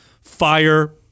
fire